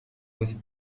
with